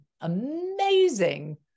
amazing